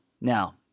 now